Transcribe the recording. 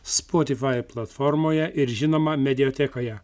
spotifai platformoje ir žinoma mediatekoje